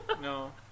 No